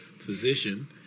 physician